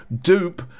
Dupe